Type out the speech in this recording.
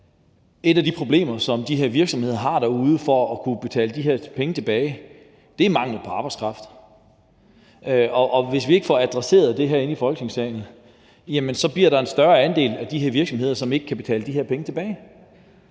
et af de problemer, som de her virksomheder har derude, med at kunne betale de her penge tilbage, er mangel på arbejdskraft. Hvis vi ikke får adresseret det her i Folketingssalen, bliver der en større andel af de virksomheder, som ikke kan betale de her penge tilbage.